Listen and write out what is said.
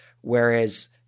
Whereas